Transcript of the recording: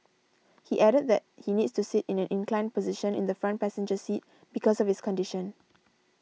he added that he needs to sit in an inclined position in the front passenger seat because of his condition